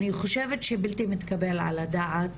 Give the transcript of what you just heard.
אני חושבת שבלתי מתקבל על הדעת,